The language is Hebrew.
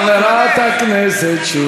חברת הכנסת.